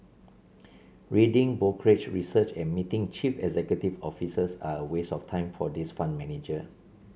reading brokerage research and meeting chief executive officers are a waste of time for this fund manager